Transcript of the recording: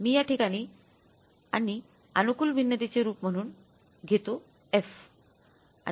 मी या ठिकाणी आणि अनुकूल भिन्नतेचे रूप म्हणून घेतो F घेतो